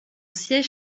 siège